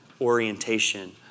orientation